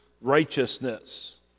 righteousness